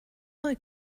neu